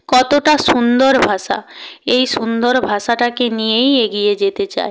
কতটা সুন্দর ভাষা এই সুন্দর ভাষাটাকে নিয়েই এগিয়ে যেতে চায়